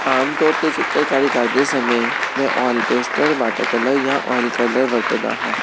ਆਮ ਤੌਰ 'ਤੇ ਚਿੱਤਰਕਾਰੀ ਕਰਦੇ ਸਮੇਂ ਮੈਂ ਓਇਲ ਪੇਸਟਲ ਵਾਟਰ ਕਲਰ ਜਾਂ ਓਇਲ ਕਲਰ ਵਰਤਦਾ ਹਾਂ